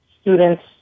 students